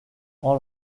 all